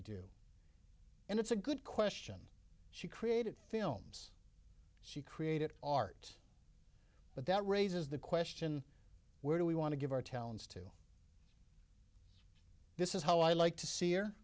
do and it's a good question she created films she created art but that raises the question where do we want to give our talents to this is how i like to see her